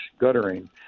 guttering